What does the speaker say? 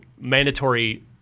mandatory